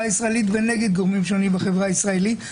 הישראלית ונגד גורמים שונים בחברה הישראלית.